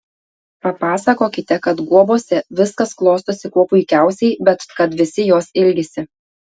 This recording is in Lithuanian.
papasakokite kad guobose viskas klostosi kuo puikiausiai bet kad visi jos ilgisi